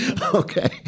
Okay